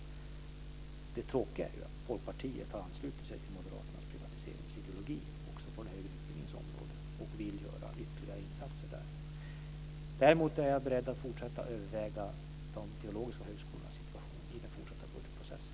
Det tråkiga är att Folkpartiet har anslutit sig till Moderaternas privatiseringsideologi också på den högre utbildningens område och vill göra ytterligare insatser där. Däremot är jag beredd att fortsätta att överväga de teologiska högskolornas situation i den fortsatta budgetprocessen.